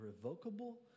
irrevocable